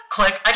Click